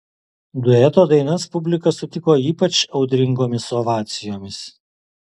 dueto dainas publika sutiko ypač audringomis ovacijomis